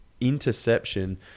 interception